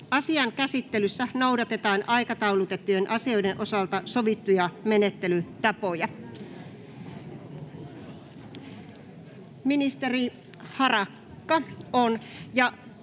Asian käsittelyssä noudatetaan aikataulutettujen asioiden osalta sovittuja menettelytapoja. Pyydän, ministeri Harakka,